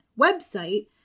website